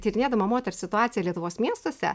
tyrinėdama moters situaciją lietuvos miestuose